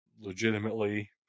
Legitimately